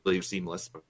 seamless